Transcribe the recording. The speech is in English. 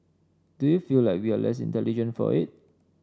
do you feel like we are less intelligent for it